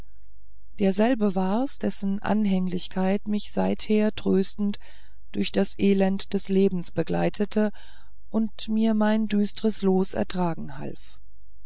derselbe war's dessen anhänglichkeit mich seither tröstend durch das elend des lebens begleitete und mir mein düstres los ertragen half